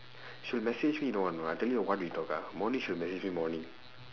she would message me you know on what I tell you what we talk ah morning she will message me morning